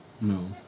No